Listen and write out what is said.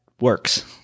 works